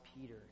Peter